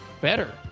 better